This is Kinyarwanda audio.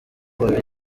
babiri